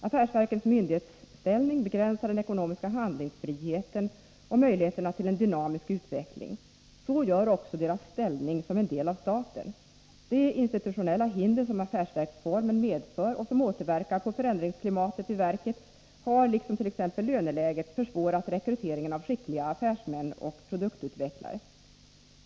Affärsverkens myndighetsställning begränsar den ekonomiska handlingsfriheten och möjligheterna till en dynamisk utveckling. Så gör också deras ställning som en del av staten. De institutionella hinder som affärsverksformen medför och som återverkar på förändringsklimatet vid verket har, liksom t.ex. löneläget, försvårat rekryteringen av skickliga affärsmän och produktutvecklare.